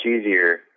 easier